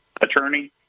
attorney